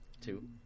Two